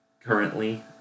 currently